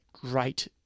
great